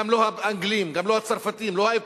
גם לא האנגלים, גם לא הצרפתים, לא האירופים.